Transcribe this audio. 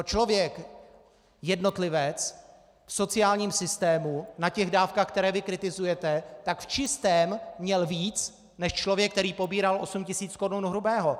Člověk jednotlivec v sociálním systému na dávkách, které vy kritizujete, v čistém měl víc než člověk, který pobíral 8 tisíc korun hrubého.